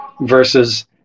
versus